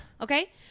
Okay